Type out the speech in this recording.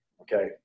Okay